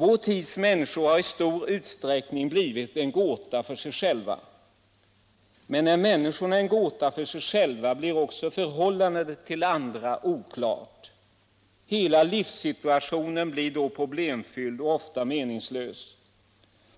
Vår tids människor har i stor utsträckning blivit en gåta för sig själva. Men är människan en gåta för sig själv, blir också förhållandet till andra oklart. Hela livssituationen blir då problemfylld och ofta meningslös.